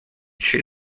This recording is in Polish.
dzisiaj